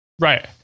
Right